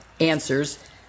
answers